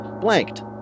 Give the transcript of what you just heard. blanked